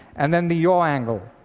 and then the yaw angle.